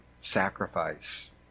sacrifice